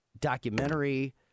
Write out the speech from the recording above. Documentary